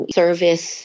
service